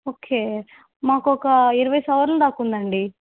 okay మాకు ఒక ఇరవై సవర్ల దాకా ఉందండి